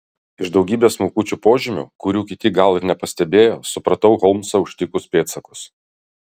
iš daugybės smulkučių požymių kurių kiti gal ir nepastebėjo supratau holmsą užtikus pėdsakus